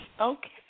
Okay